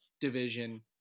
division